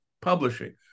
publishing